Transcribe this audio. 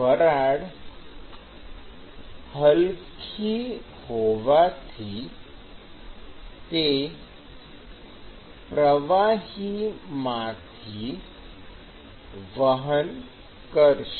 વરાળ હલકી હોવાથી તે પ્રવાહીમાંથી વહન કરશે